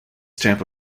tampa